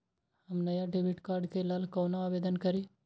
हम नया debit card के लल कौना आवेदन करि?